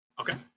Okay